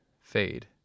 fade